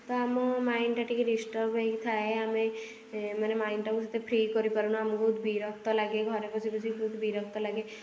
ତ ଆମ ମାଇଣ୍ଡ୍ଟା ଟିକେ ଡିଷ୍ଟର୍ବ୍ ହେଇକି ଥାଏ ଆମେ ମାନେ ମାଇଣ୍ଡ୍ଟାକୁ ସେତେ ଫ୍ରି କରିପାରୁନା ଆମକୁ ବହୁତ ବିରକ୍ତ ଲାଗେ ଘରେ ବସି ବସି ବହୁତ ବିରକ୍ତ ଲାଗେ